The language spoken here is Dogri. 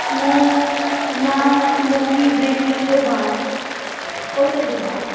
नेईं ना ना स्मोकिंग ड्रिंकिंग ओह् बाहर होटल दे बाहर